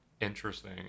Interesting